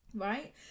right